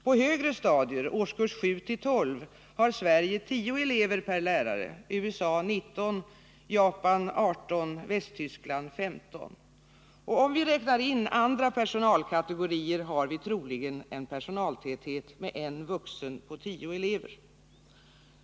På högre stadier — årskurs 7-12 — har Sverige 10 elever per lärare, medan USA har 19, Japan 18 och Västtyskland 15. Och om vi räknar in andra personalkategorier har vi troligen en personaltäthet med en vuxen på 10 elever.